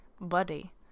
buddy